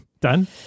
Done